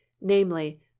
namely